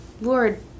Lord